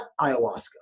ayahuasca